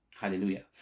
Hallelujah